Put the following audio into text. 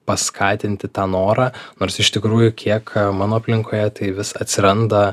paskatinti tą norą nors iš tikrųjų kiek mano aplinkoje tai vis atsiranda